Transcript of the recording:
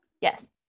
Yes